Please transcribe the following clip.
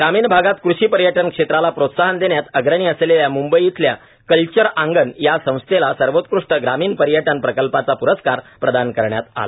ग्रामीण आगात कृषी पर्यटन क्षेत्राला प्रोत्साहन देण्यात अग्रणी असलेल्या मुंबई इथल्या कल्चर आंगन या संस्थेला सर्वोत्कृष्ट ग्रामीण पर्यटन प्रकल्पाचा प्रस्कार प्रदान करण्यात आला